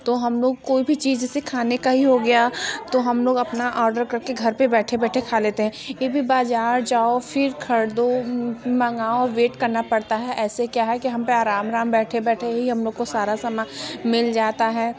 तो हम लोग कोई भी चीज़ जैसे खाने का ही हो गया तो हम लोग अपना ऑर्डर करके घर पर बैठे बैठे खा लेते हैं यह भी बाज़ार जाओ फिर ख़रीदो मंगाओ वेट करना पड़ता है ऐसे क्या है कि हम पर आराम आराम बैठे बैठे ही हम लोग को सारा सामान मिल जाता हैं